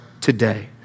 today